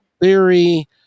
theory